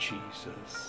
Jesus